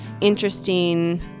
interesting